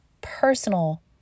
personal